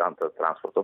ten ta transporto